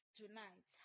tonight